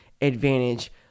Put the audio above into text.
advantage